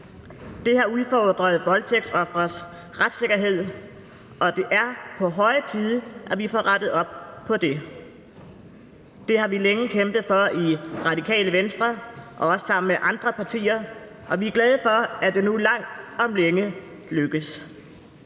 Det har udfordret voldtægtsofres retssikkerhed, og det er på høje tid, at vi får rettet op på det. Det har vi længe kæmpet for i Radikale Venstre, også sammen med andre partier, og vi er glade for, at det nu langt om længe lykkes.